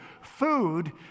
food